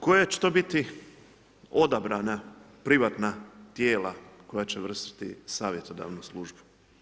Koja će to biti odabrana privatna tijela koja će vršiti savjetodavnu službu?